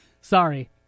Sorry